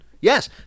Yes